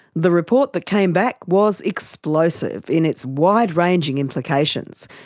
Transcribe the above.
the report that came back was explosive in its wide-ranging implications,